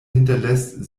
hinterlässt